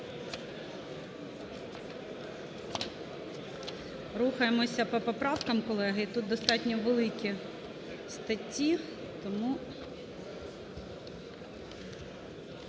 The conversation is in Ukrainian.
Рухаємося по поправкам, колеги, і тут достатньо великі статті,